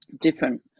different